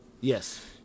yes